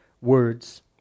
words